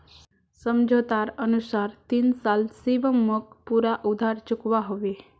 समझोतार अनुसार तीन साल शिवम मोक पूरा उधार चुकवा होबे